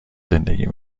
زندگی